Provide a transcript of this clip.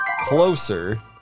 closer